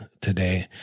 today